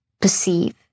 perceive